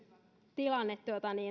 tilanne